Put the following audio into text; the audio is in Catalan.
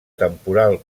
temporal